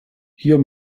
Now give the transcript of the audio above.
hier